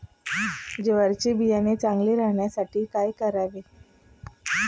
ज्वारीचे बियाणे चांगले राहण्यासाठी काय करावे?